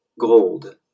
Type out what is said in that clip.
gold